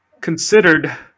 considered